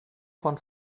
von